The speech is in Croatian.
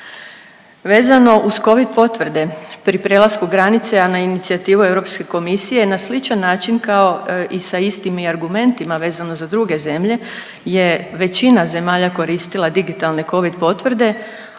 Vezano uz covid potvrde pri prelasku granice, a na inicijativu Europske komisije na sličan način kao i sa istim argumentima vezano za druge zemlje je većina zemalja koristila digitalne covid potvrde,